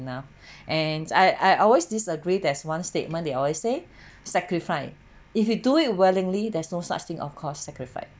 you know and I I always disagree there's one statement they always say sacrifice if you do it willingly there's no such thing of course sacrifice